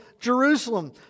Jerusalem